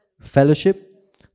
Fellowship